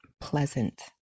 pleasant